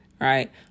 right